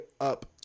up